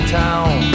town